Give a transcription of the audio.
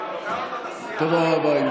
תודה רבה.